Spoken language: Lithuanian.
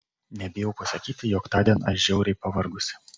nebijau pasakyti jog tądien aš žiauriai pavargusi